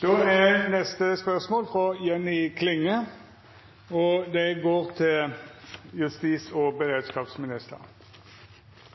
Tusen takk! Spørsmålet er slik: «Politimeisteren i Møre og